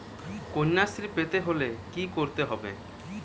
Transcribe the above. কন্যাশ্রী পেতে হলে কি করতে হবে?